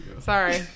Sorry